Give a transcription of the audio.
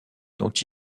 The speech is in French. dont